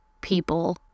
people